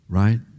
Right